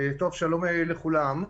שלום לכולם.